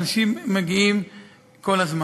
אנשים מגיעים כל הזמן.